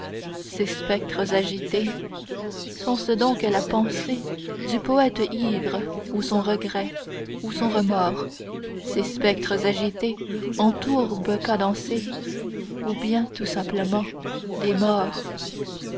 ces spectres agités sont-ce donc la pensée du poète ivre ou son regret ou son remords ces spectres agités en tourbe cadencée ou bien tout simplement des morts